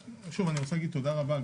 שוב, אני רוצה להגיד תודה רבה.